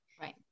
Right